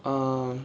err